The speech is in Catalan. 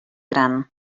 gran